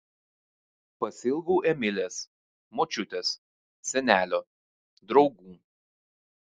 pasiilgau emilės močiutės senelio draugų